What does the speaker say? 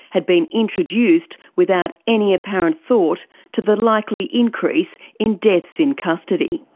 had been introduced without any apparent thought to the likely increase in deaths in custody.